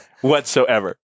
whatsoever